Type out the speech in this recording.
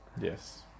Yes